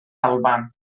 alban